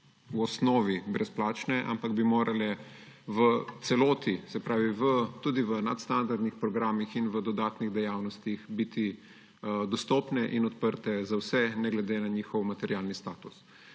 v osnovi brezplačne, ampak bi morale v celoti, se pravi, tudi v nadstandardnih programih in v dodatnih dejavnostih biti dostopne in odprte za vse, ne glede na njihov materialni status.